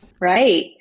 Right